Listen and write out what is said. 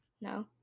No